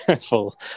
full